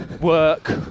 work